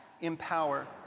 empower